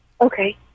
Okay